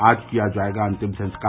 आज किया जायेगा अंतिम संस्कार